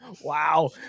wow